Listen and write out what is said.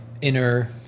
inner